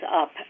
up